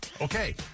Okay